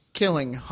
Killing